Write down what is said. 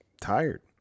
tired